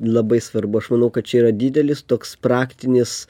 labai svarbu aš manau kad čia yra didelis toks praktinis